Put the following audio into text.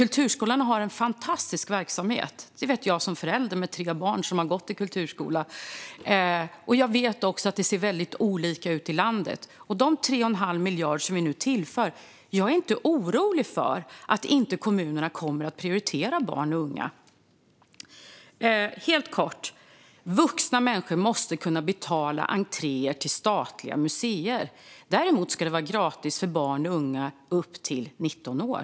Kulturskolan har en fantastisk verksamhet - det vet jag som förälder till tre barn som har gått i kulturskola. Jag vet också att det ser väldigt olika ut i landet. Med de 3 1⁄2 miljarder som vi nu tillför är jag inte orolig för att kommunerna inte kommer att prioritera barn och unga. Helt kort: Vuxna människor måste kunna betala entré till statliga museer. Däremot ska det vara gratis för barn och unga upp till 19 år.